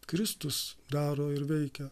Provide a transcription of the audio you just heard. kristus daro ir veikia